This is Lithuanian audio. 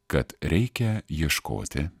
kad reikia ieškoti